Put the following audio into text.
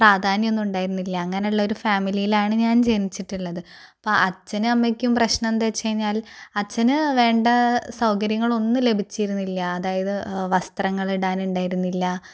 ഒന്നും ഉണ്ടായിരുന്നില്ല അങ്ങനെയുള്ള ഒരു ഫാമിലിയിലാണ് ഞാൻ ജനിച്ചിട്ടുള്ളത് അപ്പം അച്ഛനും അമ്മയ്ക്കും പ്രശ്നം എന്തെന്ന് വെച്ച് കഴിഞ്ഞാൽ അച്ഛന് വേണ്ട സൗകര്യങ്ങൾ ഒന്നും ലഭിച്ചിരുന്നില്ല അതായത് വസ്ത്രങ്ങൾ ഇടാൻ ഉണ്ടായിരുന്നില്ല പഠിക്കാന്